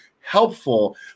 helpful